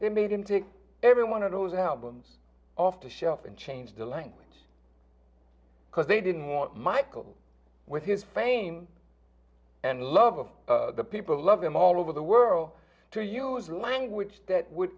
they made him take every one of those outcomes off the shelf and change the language because they didn't want michael with his fame and love of people love him all over the world to use language that would